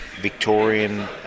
Victorian